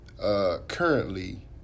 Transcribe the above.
currently